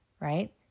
right